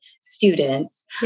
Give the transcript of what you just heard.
students